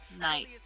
Night